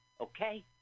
okay